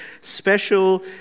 special